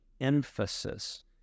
emphasis